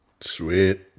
Sweet